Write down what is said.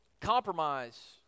compromise